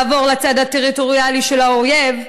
לעבור לצד הטריטוריאלי של האויב,